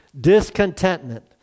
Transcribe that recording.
Discontentment